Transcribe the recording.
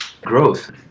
Growth